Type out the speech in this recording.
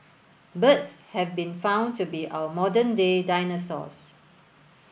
birds have been found to be our modern day dinosaurs